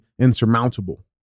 insurmountable